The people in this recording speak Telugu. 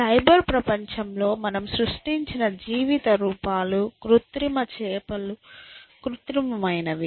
సైబర్ ప్రపంచంలో మనము సృష్టించిన జీవిత రూపాలు కృత్రిమ చేపలు కృత్రిమమైనవి